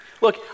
look